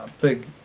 big